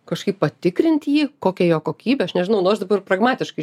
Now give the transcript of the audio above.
kažkaip patikrint jį kokia jo kokybė aš nežinau nu aš dabar pragmatiškai